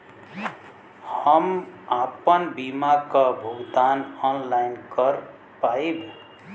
हम आपन बीमा क भुगतान ऑनलाइन कर पाईब?